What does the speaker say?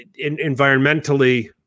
environmentally